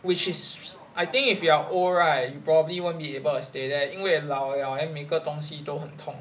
which is I think if you are old right you probably won't be able to stay there 因为老 liao then 每个东西都很痛